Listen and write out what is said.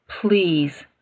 Please